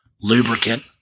lubricant